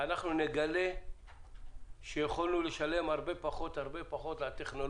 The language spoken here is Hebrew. אנחנו נגלה שיכולנו לשלם הרבה פחות על הטכנולוגיות